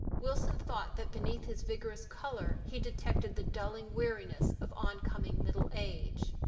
wilson thought that beneath his vigorous color he detected the dulling weariness of on-coming middle age.